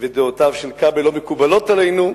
ודעותיו של כבל לא מקובלות עלינו,